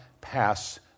pass